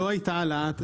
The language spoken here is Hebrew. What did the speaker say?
לא הייתה בהעלאה,